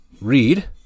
Read